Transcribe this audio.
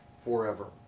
forever